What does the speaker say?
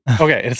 okay